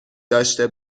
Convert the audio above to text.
داشته